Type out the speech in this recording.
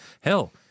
Hell